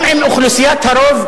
גם עם אוכלוסיית הרוב,